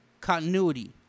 continuity